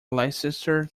leicester